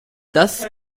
das